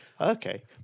Okay